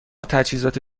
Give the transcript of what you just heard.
تجهیزات